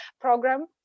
program